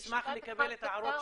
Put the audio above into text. נשמח לקבל את ההערות שלכם.